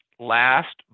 Last